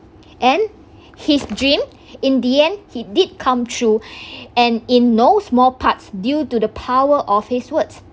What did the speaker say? and his dream in the end he did come through and in no small part due to the power of his words